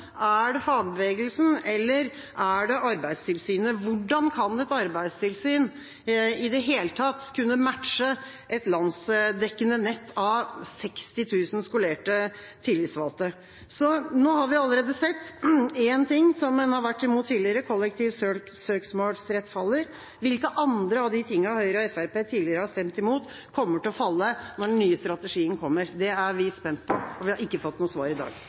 Er det fagbevegelsen, eller er det Arbeidstilsynet? Hvordan skal et arbeidstilsyn i det hele tatt kunne matche et landsdekkende nett av 60 000 skolerte tillitsvalgte? Nå har vi allerede sett at én ting som man tidligere har vært mot, kollektiv søksmålsrett, faller. Hvilke andre ting som Høyre og Fremskrittspartiet tidligere har stemt mot, kommer til å falle når den nye strategien kommer? Det er vi spent på, og vi har ikke fått noe svar i dag.